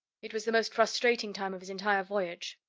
it was the most frustrating time of his entire voyage.